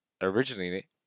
originally